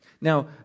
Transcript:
Now